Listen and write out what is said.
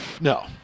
No